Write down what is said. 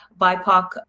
BIPOC